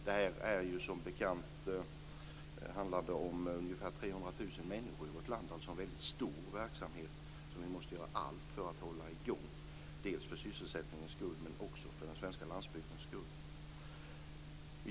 Det handlar där som bekant om ungefär 300 000 människor i vårt land, alltså om en väldigt stor verksamhet, som vi måste göra allt för att hålla i gång dels för sysselsättningens skull, dels för den svenska landsbygdens skull.